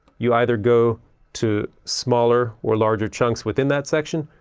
you either go to smaller or larger chunks within that section,